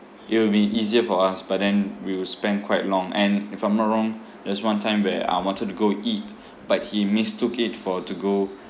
it will be easier for us but then we will spend quite long and if I'm not wrong there's one time where I wanted to go eat but he mistook it for to go